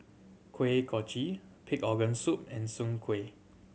Kuih Kochi pig organ soup and Soon Kueh